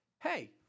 Hey